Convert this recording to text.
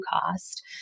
cost